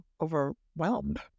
overwhelmed